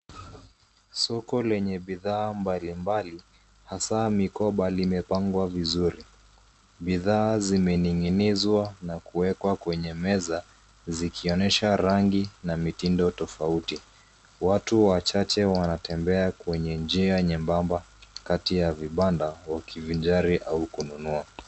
Soko lenye bidhaa mbalimbali hasa mikoba limepangwa vizuri. Bidhaa zimening'inizwa na kuwekwa kwenye meza zikionyesha rangi na mitindo tofauti. Watu wachache wanatembea kwenye njia nyembamba kati ya vibanda, wakivinjari au kununua.